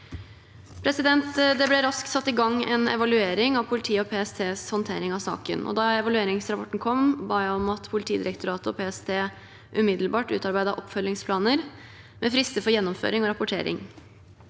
oss. Det ble raskt satt i gang en evaluering av politiet og PSTs håndtering av saken. Da evalueringsrapporten kom, ba jeg om at Politidirektoratet og PST umiddelbart utarbeidet oppfølgingsplaner, med frister for gjennomføring og rapportering.